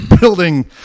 building